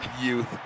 Youth